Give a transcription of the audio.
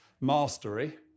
mastery